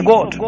God